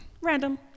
random